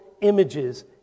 images